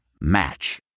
Match